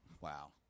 Wow